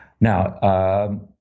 Now